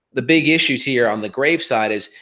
the big issues here on the graves' side is,